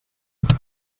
total